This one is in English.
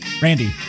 Randy